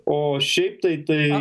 o šiaip tai tai